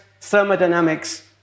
thermodynamics